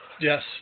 Yes